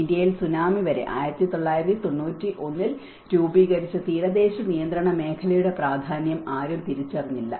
ഇന്ത്യയിൽ സുനാമി വരെ 1991 ൽ രൂപീകരിച്ച തീരദേശ നിയന്ത്രണ മേഖലയുടെ പ്രാധാന്യം ആരും തിരിച്ചറിഞ്ഞില്ല